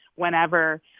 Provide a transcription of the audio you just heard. whenever